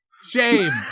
shame